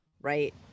right